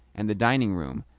and the dining-room,